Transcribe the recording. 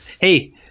hey